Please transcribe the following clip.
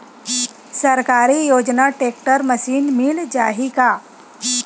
सरकारी योजना tractor machine मिल जाही का?